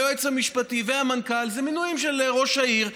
היועץ המשפטי והמנכ"ל הם מינויים של ראש העיר,